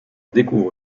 découvre